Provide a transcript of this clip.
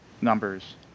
numbers